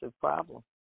problem